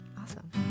Awesome